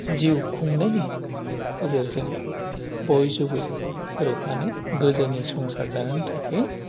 जिउ खुंनायनि गेजेरजों बयजोंबो गोरोबनानै गोजोनै संसार जानो थाखै